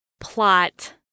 plot